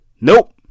Nope